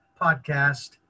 podcast